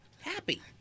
happy